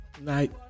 Night